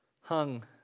hung